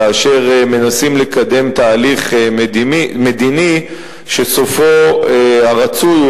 כאשר מנסים לקדם תהליך מדיני שסופו הרצוי הוא